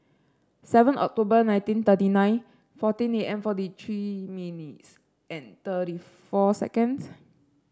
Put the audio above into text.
seven October nineteen thirty nine fourteen and forty three minutes and thirty four seconds